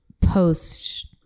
post